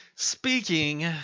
Speaking